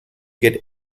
get